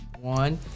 one